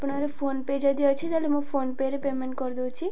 ଆପଣର PhonePe ଯଦି ଅଛି ତାହେଲେ ମୁଁ ଫୋନ୍ ପେ'ରେ ପେମେଣ୍ଟ କରିଦଉଚି